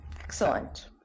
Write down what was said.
Excellent